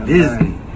Disney